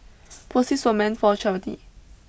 proceeds were meant for charity